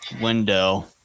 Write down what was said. window